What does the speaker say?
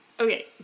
Okay